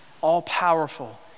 all-powerful